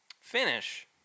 Finish